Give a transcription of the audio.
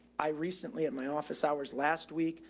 i recently, at my office hours last week,